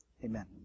Amen